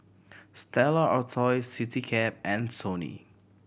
Stella Artois Citycab and Sony